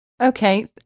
Okay